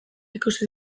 ikusi